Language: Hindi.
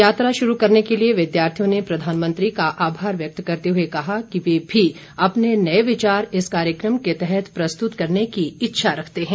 यात्रा शुरू करने के लिए विद्यार्थियों ने प्रधानमंत्री का आभार व्यक्त करते हुए कहा कि वे भी अपने नए विचार इस कार्यक्रम के तहत प्रस्तुत करने की इच्छा रखते हैं